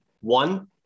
one